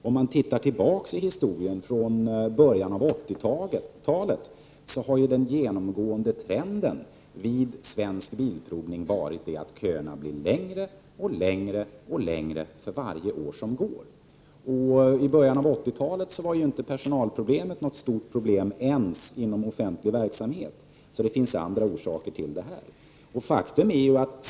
Om man ser tillbaka till början av 1980-talet, finner man att den genomgående trenden vid Svensk Bilprovning har varit att köerna blivit längre och längre för varje år. I början av 1980-talet var inte brist på personal något stort problem ens inom offentlig verksamhet. Det finns således andra orsaker till de långa köerna.